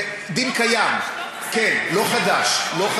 בדין קיים, לא חדש.